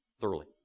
thoroughly